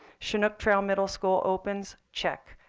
chinook trail middle school opens, check.